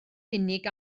unig